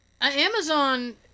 Amazon